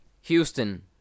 Houston